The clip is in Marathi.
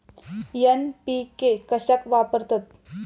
एन.पी.के कशाक वापरतत?